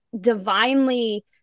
divinely